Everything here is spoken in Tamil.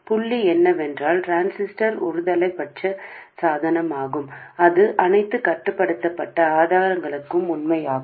புள்ளி என்னவென்றால் டிரான்சிஸ்டர் ஒருதலைப்பட்ச சாதனம் இது அனைத்து கட்டுப்படுத்தப்பட்ட ஆதாரங்களுக்கும் உண்மையாகும்